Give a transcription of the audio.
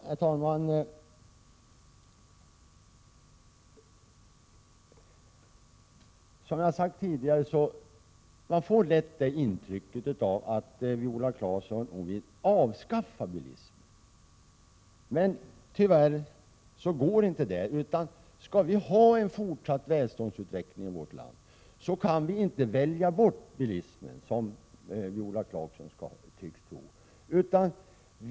Herr talman! Som jag har sagt tidigare får man lätt det intrycket att Viola Claesson vill avskaffa bilismen. Men det går, tyvärr, inte. Om vi skall ha en välståndsutveckling även fortsättningsvis i vårt land, kan vi inte välja bort bilismen — vilket Viola Claesson tycks tro att vi kan.